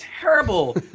terrible